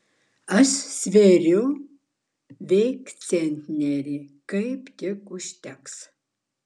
aš svėriau veik centnerį kaip tik užteks